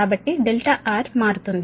కాబట్టి R మారుతుంది